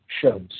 shows